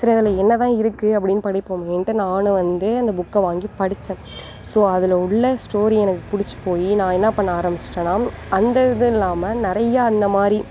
சரி அதில் என்ன தான் இருக்கு அப்படின்னு படிப்போமேன்டு நானும் வந்து அந்த புக்கை வாங்கி படித்தேன் ஸோ அதில் உள்ள ஸ்டோரி எனக்கு பிடிச்சி போய் நான் என்ன பண்ண ஆரமிச்சிவிட்டன்னா அந்த இது இல்லாமல் நிறையா அந்த மாதிரி